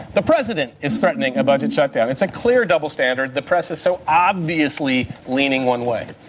the president is threatening a budget shutdown. it's a clear double standard. the press is so obviously leaning one way.